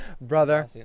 Brother